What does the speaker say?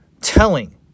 telling